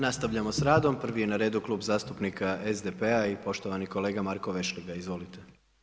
Nastavljamo s radom, prvi na redu je Klub zastupnika SDP-a i poštovani kolega Marko Vešligaj, izvolite.